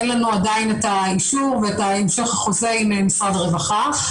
אין לנו עדיין את האישור ואת המשך החוזה עם משרד הרווחה.